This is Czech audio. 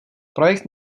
projekt